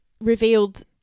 revealed